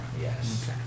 yes